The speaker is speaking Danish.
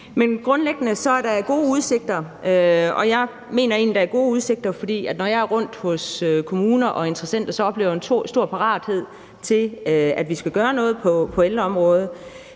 grundlæggende mener jeg egentlig, at der er gode udsigter, for når jeg er rundt hos kommuner og interessenter, oplever jeg en stor parathed til, at vi skal gøre noget på ældreområdet.